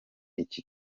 iki